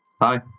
Hi